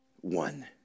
One